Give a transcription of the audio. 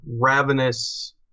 ravenous